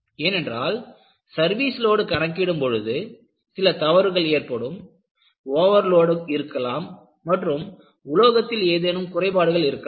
ஏனென்றால் service load கணக்கிடும் பொழுது சில தவறுகள் ஏற்படும் ஓவர்லோடு இருக்கலாம் மற்றும் உலோகத்தில் ஏதேனும் குறைபாடுகள் இருக்கலாம்